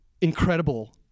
incredible